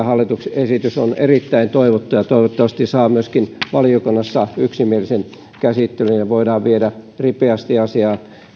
hallituksen esitys on erittäin toivottu ja toivottavasti saa myös valiokunnassa yksimielisen käsittelyn ja voidaan viedä ripeästi asiaa